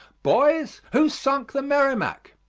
boys, who sunk the merrimac?